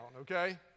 Okay